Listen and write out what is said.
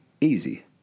easy